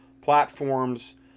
platforms